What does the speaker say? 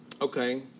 Okay